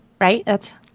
right